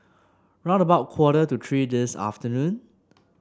round about quarter to three this afternoon